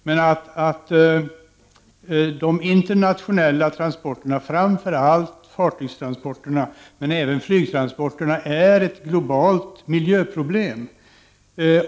Men de internationella transporterna, framför allt fartygstransporterna men även flygtransporterna, är ett globalt miljöproblem.